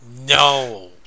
No